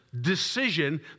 decision